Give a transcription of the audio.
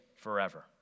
forever